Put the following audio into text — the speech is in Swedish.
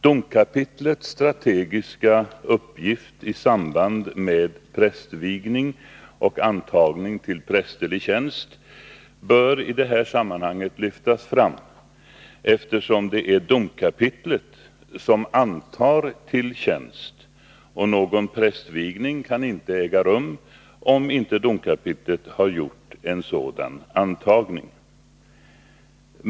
Domkapitlets strategiska uppgift i samband med prästvigning och antagning till prästerlig tjänst bör i detta sammanhang lyftas fram, eftersom det är domkapitlet som antar till tjänst. Någon prästvigning kan inte äga rum om inte domkapitlet har gjort en sådan antagning.